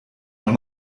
auch